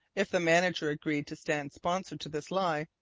if the manager agreed to stand sponsor to this lie,